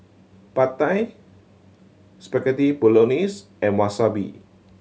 Pad Thai Spaghetti Bolognese and Wasabi